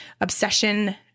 obsession